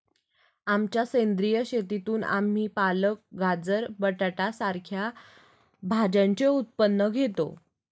आमच्या सेंद्रिय शेतीतून आम्ही पालक, गाजर, बटाटा सारख्या भाज्यांचे उत्पन्न घेतो